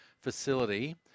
facility